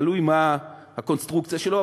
תלוי מה הקונסטרוקציה שלו,